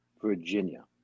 Virginia